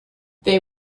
they